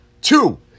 Two